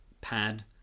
pad